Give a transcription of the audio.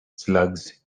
slugs